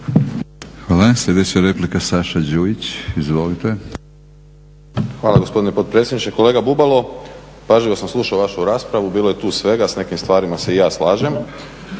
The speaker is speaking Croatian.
Hvala. Sljedeća replika Saša Đujić. Izvolite. **Đujić, Saša (SDP)** Hvala gospodine potpredsjedniče. Kolega Bubalo pažljivo sam slušao vašu raspravu, bilo je tu svega, s nekim stvarima se i ja slažem.